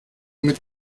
mit